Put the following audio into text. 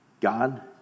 God